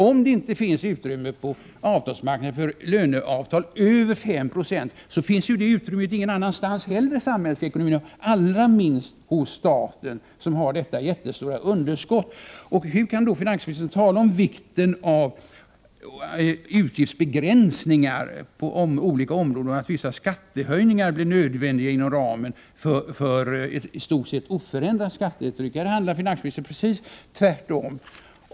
Om det inte finns utrymme på arbetsmarknaden för löneavtal över 5 Zo, finns detta utrymme ingen annanstans heller i samhällsekonomin, och allra minst hos staten, som har detta jättestora underskott. Hur kan finansministern tala om vikten av utgiftsbegränsningar på olika områden och säga att vissa skattehöjningar blir nödvändiga inom ramen för ett i stort sett oförändrat skattetryck? Här handlar ju finansministern precis tvärtom.